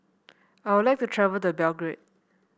I would like to travel to Belgrade